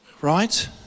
right